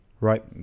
Right